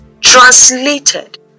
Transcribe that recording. Translated